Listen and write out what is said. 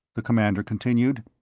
the commander continued.